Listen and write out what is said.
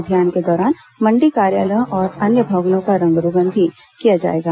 अभियान के दौरान मंडी कार्यालयों और अन्य भवनों का रंग रोगन भी किया जाएगा